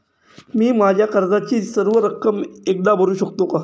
मी माझ्या कर्जाची सर्व रक्कम एकदा भरू शकतो का?